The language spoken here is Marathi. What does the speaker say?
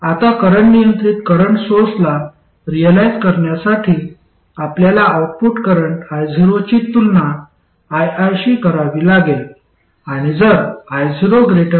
आता करंट नियंत्रित करंट सोर्सला रिअलाईझ करण्यासाठी आपल्याला आऊटपुट करंट io ची तुलना ii शी करावी लागेल